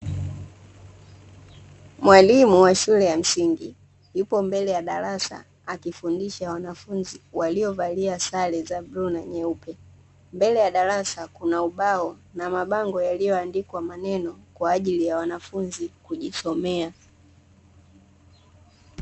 Mwalimu wa shule ya msingi, yupo mbele ya darasa akifundisha wanafunzi waliovalia sare za buluu na nyeupe, mbele ya darasa kuna ubao na mabango yaliyoandikwa maneno kwa ajili ya wanafunzi kujisomea.